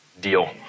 deal